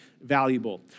valuable